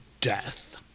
Death